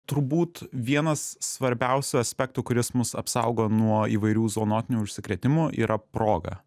turbūt vienas svarbiausių aspektų kuris mus apsaugo nuo įvairių zoonotinių užsikrėtimų yra proga